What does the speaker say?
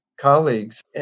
colleagues